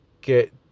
get